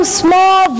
small